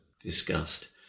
discussed